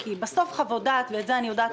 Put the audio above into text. כי בסוף חוות דעת ואת זה אני יודעת